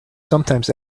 sometimes